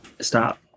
stop